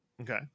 Okay